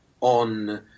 on